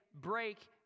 break